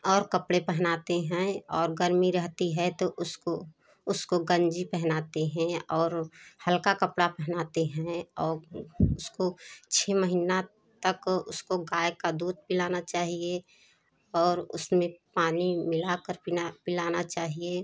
और कपड़े पहनाते हैं और गर्मी रहती है तो उसको उसको गंजी पहनाते हैं और हल्का कपड़ा पहनाते हैं औ उसको छः महिना तक उसको गाय का दूध पिलाना चाहिए और उसमें पानी मिला कर पिना पिलाना चाहिए